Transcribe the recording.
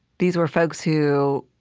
these were folks who